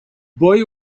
boy